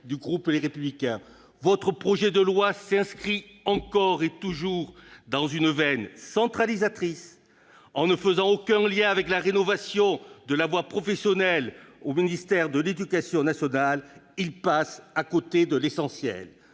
du groupe Les Républicains. Votre projet de loi s'inscrit encore et toujours dans une veine centralisatrice. En n'établissant aucun lien avec la rénovation de la voie professionnelle au ministère de l'éducation nationale, il passe à côté de l'essentiel.